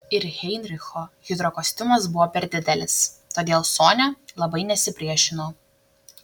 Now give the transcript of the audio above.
ir heinricho hidrokostiumas buvo per didelis todėl sonia labai nesipriešino